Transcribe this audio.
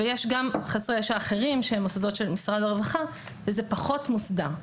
ויש גם חסרי ישע אחרים שהם מוסדות של משרד הרווחה וזה פחות מוסדר.